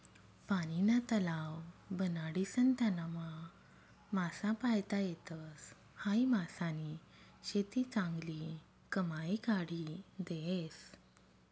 पानीना तलाव बनाडीसन त्यानामा मासा पायता येतस, हायी मासानी शेती चांगली कमाई काढी देस